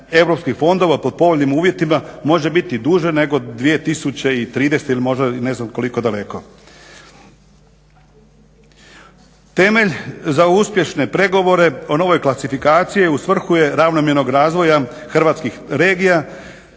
europskih fondova pod povoljnim uvjetima može biti duže nego 2013. ili možda ne znam koliko daleko. Temelj za uspješne pregovore o novoj klasifikaciji u svrhu je ravnomjernog razvoja hrvatskih regija